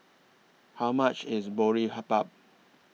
How much IS Boribap